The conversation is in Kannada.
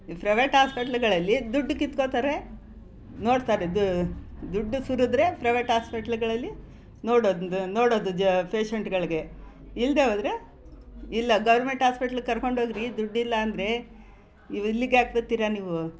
ಫ್ರೈವೇಟ್ ಹಾಸ್ಪಿಟ್ಲುಗಳಲ್ಲಿ ದುಡ್ಡು ಕಿತ್ಕೊತಾರೆ ನೋಡ್ತಾರೆ ದುಡ್ಡು ಸುರಿದ್ರೆ ಪ್ರೈವೇಟ್ ಹಾಸ್ಪಿಟ್ಲುಗಳಲ್ಲಿ ನೋಡೋದು ನೋಡೋದು ಜ ಪೇಷೆಂಟುಗಳ್ಗೆ ಇಲ್ಲದೇ ಹೋದ್ರೆ ಇಲ್ಲ ಗೌರ್ಮೆಂಟ್ ಹಾಸ್ಪಿಟ್ಲಿಗೆ ಕರ್ಕೊಂಡು ಹೋಗ್ರಿ ದುಡ್ಡಿಲ್ಲ ಅಂದರೆ ಇವು ಇಲ್ಲಿಗೆ ಯಾಕೆ ಬರ್ತೀರ ನೀವು